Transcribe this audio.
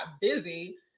busy